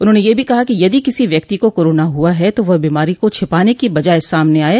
उन्होंने यह भी कहा कि यदि किसी व्यक्ति को कोरोना हुआ है तो वह बीमारी को छिपाने के बजाये सामने आये